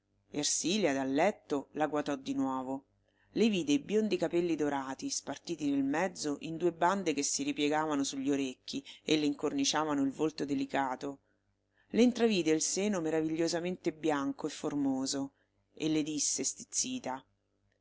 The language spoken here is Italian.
ersilia dal letto la guatò di nuovo le vide i biondi capelli dorati spartiti nel mezzo in due bande che si ripiegavano sugli orecchi e le incorniciavano il volto delicato le intravide il seno meravigliosamente bianco e formoso e le disse stizzita